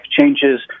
changes